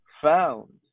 found